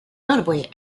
notably